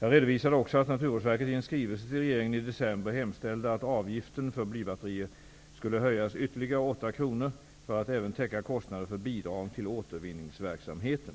Jag redovisade också att Naturvårdsverket i en skrivelse till regeringen i december hemställde att avgiften för blybatterier skulle höjas med ytterligare 8 kr för att även täcka kostnader för bidrag till återvinningsverksamheten.